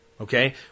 Okay